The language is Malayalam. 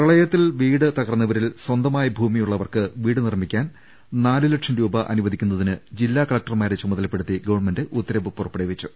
പ്രളയത്തിൽ വീട് തകർന്നവരിൽ സ്ഥന്തമായി ഭൂമിയുള്ളവർക്ക് വീട് നിർമ്മിക്കാൻ നാലുലക്ഷം രൂപ അനുവദിക്കുന്നതിന് ജില്ലാ കല ക്ടർമാരെ ചുമതലപ്പെടുത്തി ഗവൺമെന്റ് ഉത്തരവ് പുറപ്പെടുവിച്ചു